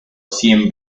cien